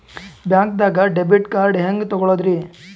ಬ್ಯಾಂಕ್ದಾಗ debit card ಹೆಂಗ್ ತಗೊಳದ್ರಿ?